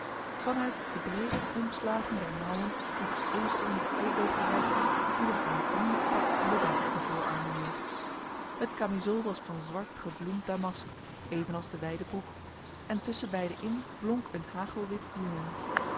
uit de breede omslagen der mouwen die tot even onder de ellebogen reikten viel een aanzienlijk pak lubben op den voorarm neer het kamizool was van zwart gebloemd damast evenals de wijde broek en tusschen beide in blonk een hagelwit linnen